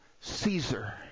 Caesar